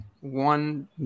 one